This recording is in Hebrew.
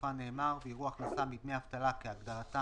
בסופה נאמר: "ויראו הכנסה מדמי אבטלה כהגדרתם